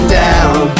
down